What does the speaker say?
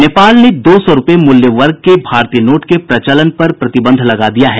नेपाल ने दो सौ रूपये मूल्य वर्ग के भारतीय नोट के प्रचलन पर प्रतिबंध लगा दिया है